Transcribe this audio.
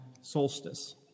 solstice